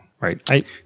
Right